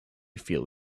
feel